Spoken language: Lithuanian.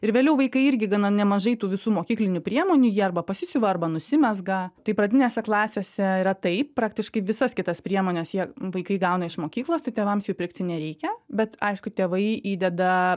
ir vėliau vaikai irgi gana nemažai tų visų mokyklinių priemonių jie arba pasisiuva arba nusimezga tai pradinėse klasėse yra taip praktiškai visas kitas priemones jie vaikai gauna iš mokyklos tai tėvams jų pirkti nereikia bet aišku tėvai įdeda